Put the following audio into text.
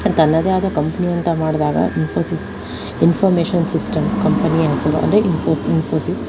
ತನ್ನದೇ ಆದ ಕಂಪ್ನಿ ಅಂತ ಮಾಡಿದಾಗ ಇನ್ಫೋಸಿಸ್ ಇನ್ಫೋರ್ಮೇಶನ್ ಸಿಸ್ಟಮ್ ಕಂಪನಿಯ ಹೆಸರು ಅಂದರೆ ಇನ್ಫೋಸ್ ಇನ್ಫೋಸಿಸ್